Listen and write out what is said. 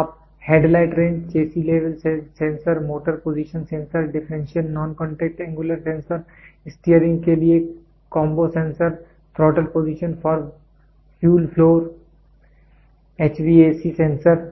आप headlight range chassis level sensor motor position sensor differential non contact angular sensor steering के लिए combo sensor throttle position for fuel floor HVAC sensor